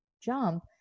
jump